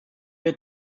wir